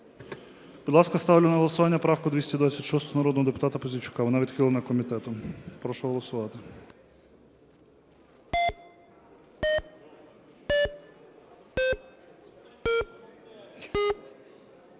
Будь ласка, ставлю на голосування правку 226 народного депутата Пузійчука. Вона відхилена комітетом. Прошу голосувати.